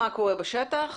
של מה שקורה בשטח?